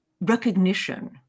recognition